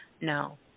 No